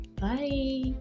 bye